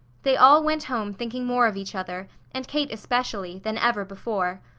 they all went home thinking more of each other, and kate especially, than ever before.